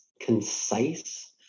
concise